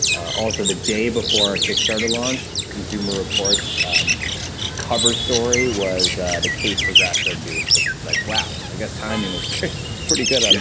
also, the day before our kickstarter launched, consumer reports um cover story was the case for grassfed beef, which was like wow, i guess timing was pretty was pretty good